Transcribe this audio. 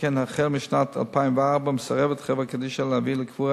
שכן החל משנת 2004 מסרבת חברת קדישא להביא לקבורה